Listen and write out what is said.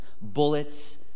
bullets